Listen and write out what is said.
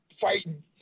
fighting